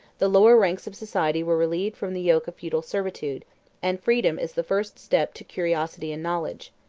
the lower ranks of society were relieved from the yoke of feudal servitude and freedom is the first step to curiosity and knowledge.